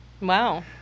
Wow